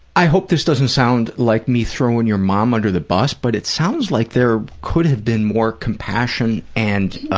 i hope this doesn't sound like me throwing your mom under the bus, but it sounds like there could have been more compassion and